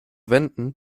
wenden